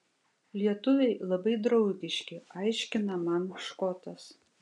lietuviai labai draugiški aiškina man škotas